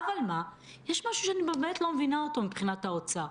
אבל מה, יש משהו שאני לא מבינה מבחינת האוצר.